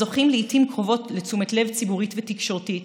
הזוכים לעיתים קרובות לתשומת לב ציבורית ותקשורתית,